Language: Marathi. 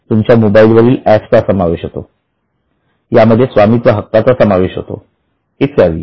तुमच्या मोबाईल वरील एप्सचा समावेश होतो यामध्ये स्वामित्व हक्काचा समावेश होतो इत्यादी